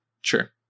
Sure